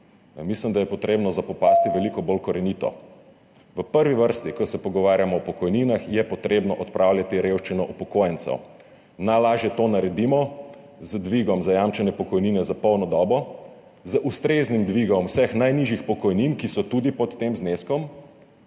Mislim, da je potrebno zapopasti veliko bolj korenito. V prvi vrsti, ko se pogovarjamo o pokojninah, je potrebno odpravljati revščino upokojencev. Najlažje to naredimo z dvigom zajamčene pokojnine za polno dobo, z ustreznim dvigom vseh najnižjih pokojnin, ki so tudi pod tem zneskom